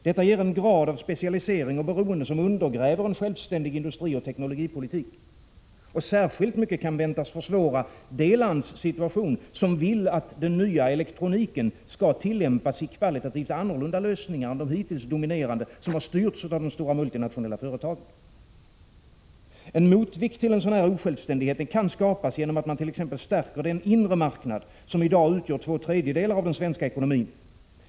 Detta ger en grad av specialisering och beroende som undergräver en självständig industrioch teknologipolitik och som särskilt mycket kan väntas försvåra situationen för det land som vill att den nya elektroniken skall tillämpas i kvalitativt annorlunda lösningar än de hittills dominerande, vilka har styrts av de stora multinationella företagen. En motvikt till en sådan här osjälvständighet kan skapas genom att man t.ex. stärker den inre marknad som i dag utgör två tredjedelar av den svenska ekonomin.